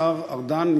השר ארדן,